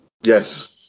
Yes